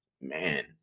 man